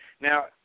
Now